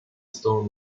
stone